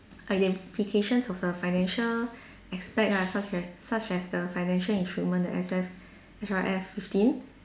identifications of the financial aspect ah such as such as the financial instrument the S F S R F fifteen